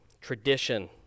Tradition